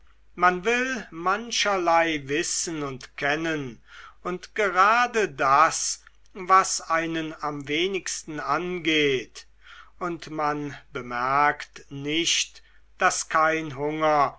man will mancherlei wissen und kennen und gerade das was einen am wenigsten angeht und man bemerkt nicht daß kein hunger